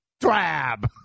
drab